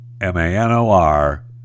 M-A-N-O-R